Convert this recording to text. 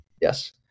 Yes